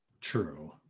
true